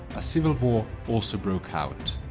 a civil war also broke out.